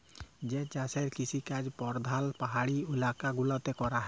যে চাষের কিসিকাজ পরধাল পাহাড়ি ইলাকা গুলাতে ক্যরা হ্যয়